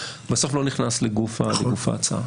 בסוף לא נכנס לגוף ההצעה